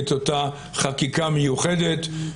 את אותה חקיקה מיוחדת,